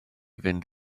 fynd